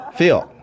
Phil